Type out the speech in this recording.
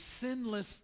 sinless